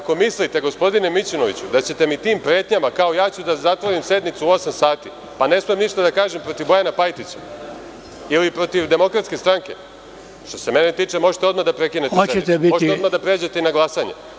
Ako mislite gospodine Mićunoviću da ćete me tim pretnjama kao – ja ću da zatvorim sednicu u osam sati, pa ne smem ništa da kažem protiv Bojana Pajtića ili protiv DS, što se mene tiče možete odmah da prekinete sednicu, možete odmah da pređete i na glasanje.